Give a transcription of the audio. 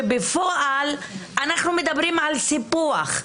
ובפועל אנחנו מדברים על סיפוח.